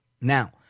Now